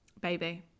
Baby